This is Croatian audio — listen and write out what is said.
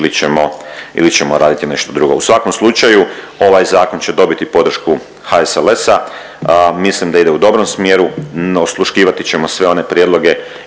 ili ćemo raditi nešto drugo. U svakom slučaju ovaj zakon će dobiti podršku HSLS-a, mislim da ide u dobrom smjeru, osluškivati ćemo sve one prijedloge